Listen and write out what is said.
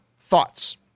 thoughts